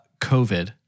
COVID